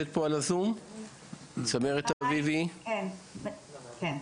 צמרת אביבי, בבקשה.